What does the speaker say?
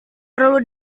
perlu